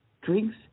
drinks